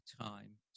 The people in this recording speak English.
time